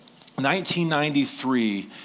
1993